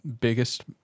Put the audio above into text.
biggest